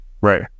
right